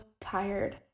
tired